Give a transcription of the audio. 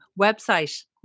website